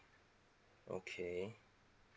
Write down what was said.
okay